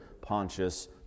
Pontius